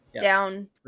down